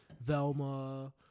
Velma